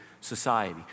society